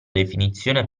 definizione